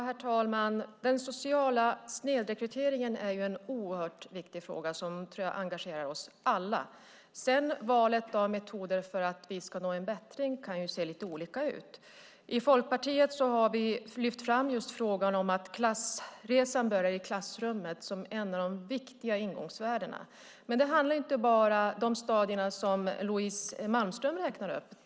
Herr talman! Den sociala snedrekryteringen är en oerhört viktig fråga som jag tror engagerar oss alla. Sedan kan valet av metoder för att vi ska nå en bättring se lite olika ut. I Folkpartiet har vi lyft fram just att klassresan börjar i klassrummet som ett av de viktiga ingångsvärdena. Men det handlar inte bara om de stadier som Louise Malmström räknar upp.